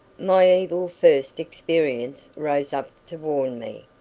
my evil first experience rose up to warn me.